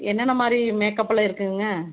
என்னென்ன மாதிரி மேக்கப்பெலாம் இருக்குதுங்க